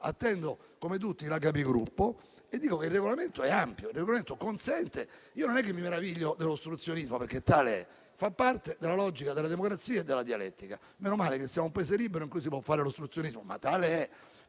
Conferenza dei Capigruppo e dico che il Regolamento è ampio e consente molto: non è che mi meravigli dell'ostruzionismo, perché tale è e fa parte della logica della democrazia e della dialettica; meno male che siamo un Paese libero, in cui si può fare ostruzionismo, ma tale è.